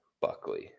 Buckley